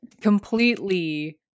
completely